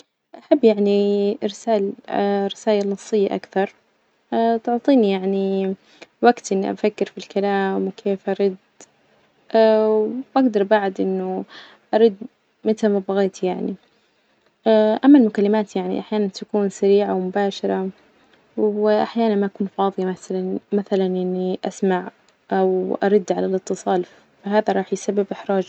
أحب يعني إرسال رسايل نصية أكثر تعطيني يعني وقت إني أفكر في الكلام وكيف أرد وأجدر بعد إنه أرد متى ما بغيت يعني أما المكالمات يعني أحيانا تكون سريعة ومباشرة، وأحيانا ما أكون فاضية مثلا- مثلا إني أسمع أو أرد على الإتصال، فهذا راح يسبب إحراج.